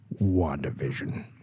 WandaVision